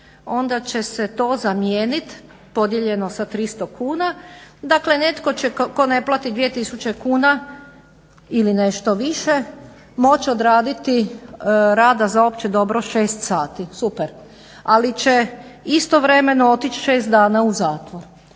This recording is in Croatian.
onda će se to zamijeniti podijeljeno sa 300 kuna, dakle netko će tko ne plati 2 tisuće kuna ili nešto više moći odraditi rada za opće dobro 6 sati, super, ali će istovremeno otići 6 dana u zatvor.